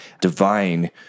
divine